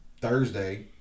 Thursday